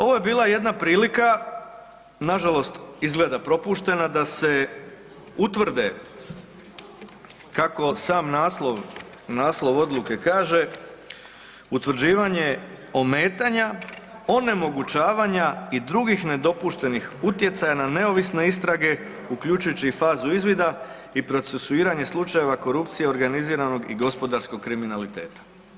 Ovo je bila jedna prilika nažalost izgleda propuštena da utvrde kako sam naslov, naslov odluke kaže utvrđivanje ometanja, onemogućavanja i drugih nedopuštenih utjecaja na neovisne istrage uključujući fazu izvida i procesuiranje slučajeva organiziranog i gospodarskog kriminaliteta.